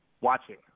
watching